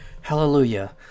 Hallelujah